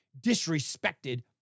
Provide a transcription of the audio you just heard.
disrespected